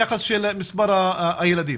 היחס של מספר הילדים?